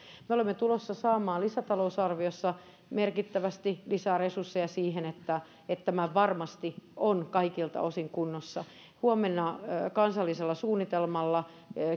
me olemme tulossa saamaan lisätalousarviossa merkittävästi lisää resursseja siihen että että tämä varmasti on kaikilta osin kunnossa huomenna kansallisella suunnitelmalla